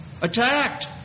attacked